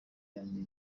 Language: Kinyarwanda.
yanjye